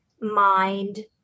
mind